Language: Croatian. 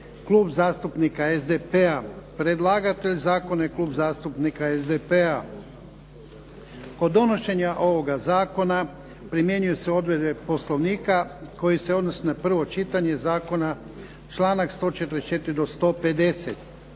P.Z. br. 218. Predlagatelj: Klub zastupnika SDP-a Kod donošenja ovoga zakona primjenjuju se odredbe Poslovnika koje se odnose na prvo čitanje zakona, članak 144. do 150.